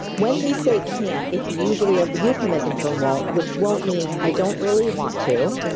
when we say can't, it's usually a euphemism for won't, which won't means i don't really want to.